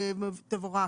תבורך.